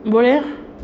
boleh ah